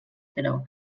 però